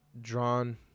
drawn